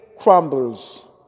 crumbles